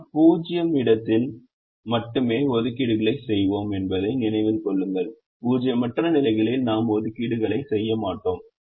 நாம் 0 இடத்தில் மட்டுமே ஒதுக்கீடுகளைச் செய்வோம் என்பதை நினைவில் கொள்ளுங்கள் பூஜ்ஜியமற்ற நிலைகளில் நாம் ஒதுக்கீடு களை செய்ய மாட்டோம்